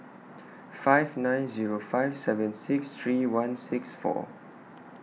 five nine Zero five seven six three one six four